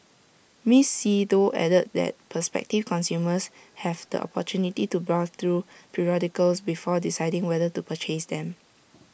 miss see Tho added that prospective consumers have the opportunity to browse through periodicals before deciding whether to purchase them